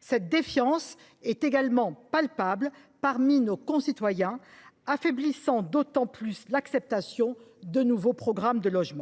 Cette défiance est également palpable parmi nos concitoyens, ce qui affaiblit l’acceptation de nouveaux programmes. Cette